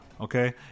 Okay